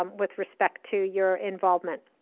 um with respect to your involvement.